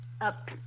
up